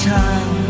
time